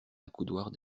accoudoirs